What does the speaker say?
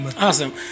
Awesome